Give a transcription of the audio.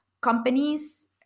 companies